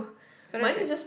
so that's it